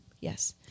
Yes